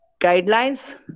guidelines